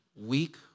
weak